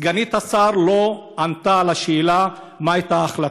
סגנית השר לא ענתה על השאלה מה הייתה ההחלטה,